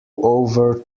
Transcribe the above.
over